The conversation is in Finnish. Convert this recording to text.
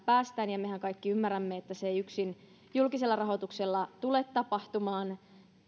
päästään mehän kaikki ymmärrämme että se ei yksin julkisella rahoituksella tule tapahtumaan